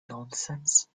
nonsense